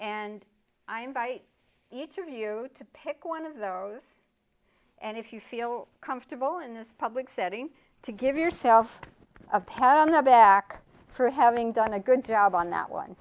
and i invite each of you to pick one of those and if you feel comfortable in this public setting to give yourself a pat on the back for having done a good job on that one